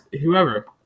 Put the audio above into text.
Whoever